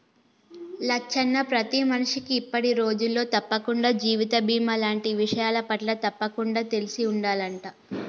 లచ్చన్న ప్రతి మనిషికి ఇప్పటి రోజులలో తప్పకుండా జీవిత బీమా లాంటి విషయాలపట్ల తప్పకుండా తెలిసి ఉండాలంట